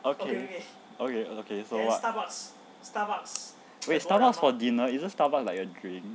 okay okay so what wait starbucks for dinner isn't starbucks like a drink